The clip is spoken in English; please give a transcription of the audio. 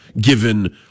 given